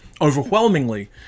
overwhelmingly